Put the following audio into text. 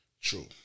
True